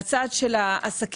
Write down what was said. מהצד של העסקים,